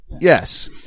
Yes